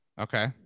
Okay